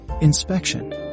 inspection